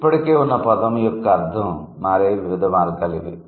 ఇప్పటికే ఉన్న పదం యొక్క అర్థం మారే వివిధ మార్గాలు ఇవి